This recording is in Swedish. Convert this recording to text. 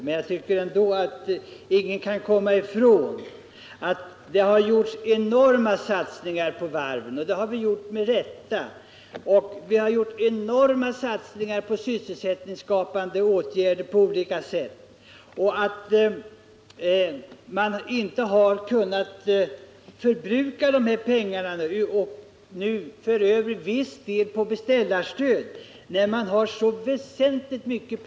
Men jag tycker ändå att ingen kan komma ifrån det faktum att det — med rätta — gjorts enorma satsningar på varven och på olika sysselsättningsskapande åtgärder. Man har nu inte kunnat förbruka alla de pengar som anvisats härför utan för över viss del av dessa till beställarstödet.